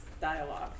dialogue